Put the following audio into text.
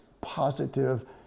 positive